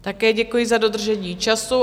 Také děkuji za dodržení času.